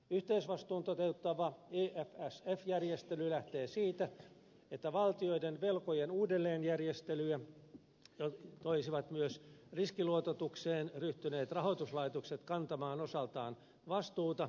yhteisvastuun toteuttava efsf järjestely lähtee siitä että ei tarvittaisi sellaista että valtioiden velkojen uudelleenjärjestelyihin tulisivat myös riskiluototukseen ryhtyneet rahoituslaitokset kantamaan osaltaan vastuuta